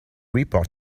report